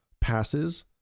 passes